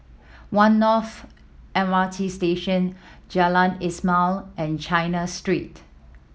One North M R T Station Jalan Ismail and China Street